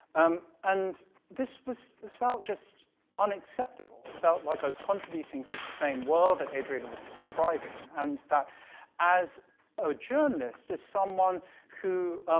um, and this was, this felt just unacceptable, felt like i was contributing to the same world that adrienne was describing, and that as a journalist, as someone who,